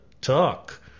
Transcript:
talk